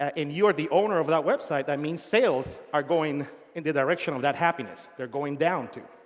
and you're the owner of that website that means sales are going in the direction of that happiness. they're going down too.